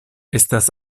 estas